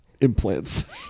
Implants